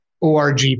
ORG